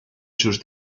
sus